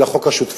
אלא חוק השותפות.